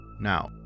Now